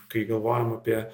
kai galvojam apie